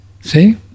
See